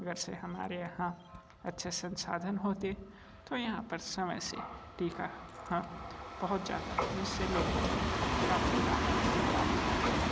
जैसे हमारे यहाँ अच्छे संसाधन होते तो यहाँ पर समय से टीका हाँ पहुँच जाता जिससे लोगों को काफ़ी राहत प्राप्त होता